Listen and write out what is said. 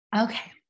Okay